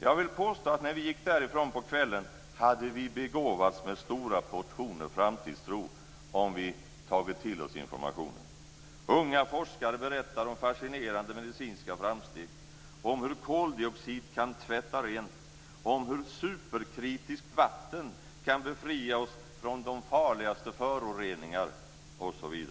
Jag vill påstå att när vi gick därifrån på kvällen hade vi begåvats med stora portioner framtidstro, om vi tagit till oss informationen. Unga forskare berättade om fascinerande medicinska framsteg, om hur koldioxid kan tvätta rent, om hur superkritiskt vatten kan befria oss från de farligaste föroreningar, osv.